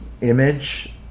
image